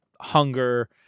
hunger